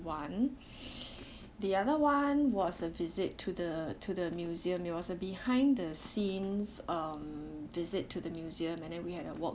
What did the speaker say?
one the other one was a visit to the to the museum it was a behind the scenes um visit to the museum and then we had to a walk